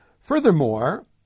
Furthermore